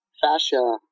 fascia